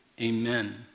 Amen